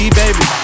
baby